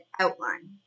outline